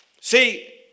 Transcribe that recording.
See